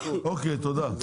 תודה.